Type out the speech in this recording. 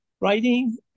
Writing